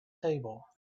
table